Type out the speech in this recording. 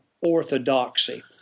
orthodoxy